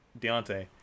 Deontay